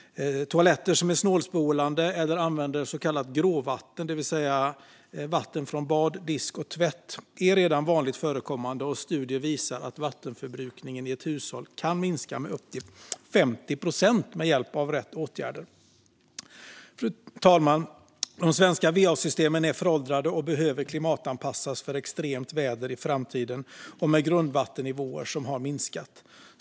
Toaletter som är snålspolande eller använder så kallat gråvatten, det vill säga vatten från bad, disk och tvätt, är redan vanligt förekommande, och studier visar att vattenförbrukningen i ett hushåll kan minska med upp till 50 procent med hjälp av rätt åtgärder. Fru talman! De svenska va-systemen är föråldrade och behöver klimatanpassas till extremt väder i framtiden och till grundvattennivåer som har minskat.